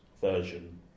version